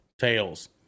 Tails